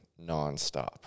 nonstop